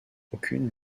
aucune